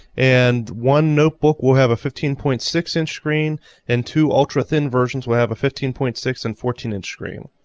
and one notebook will have a fifteen point six and screen and two ultra-thin versions will have a fifteen point six and fourteen and screen.